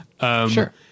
Sure